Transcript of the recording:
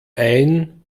ein